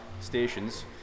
stations